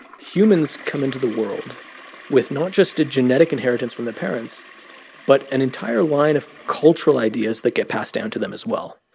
humans come into the world with not just a genetic inheritance from their parents but an entire line of cultural ideas that get passed down to them, as well.